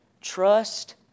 Trust